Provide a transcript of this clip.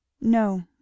No